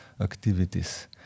activities